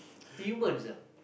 humans